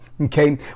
Okay